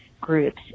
groups